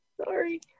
Sorry